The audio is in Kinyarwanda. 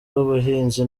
w’ubuhinzi